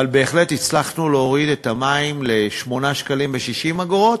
אבל בהחלט הצלחנו להוריד את מחיר המים ל-8.60 שקלים,